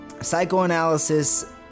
Psychoanalysis